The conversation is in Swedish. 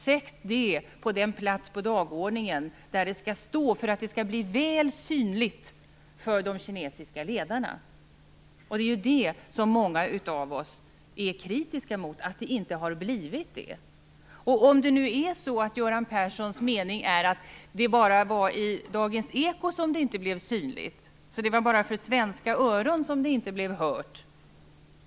Sätt detta på den plats på dagordningen där det skall stå för att bli väl synligt för de kinesiska ledarna! Att det inte har blivit så är det som många av oss är kritiska mot. Göran Perssons mening är att det bara var i Dagens eko det inte blev synligt, att det bara var av svenska öron det inte blev hört.